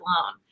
alone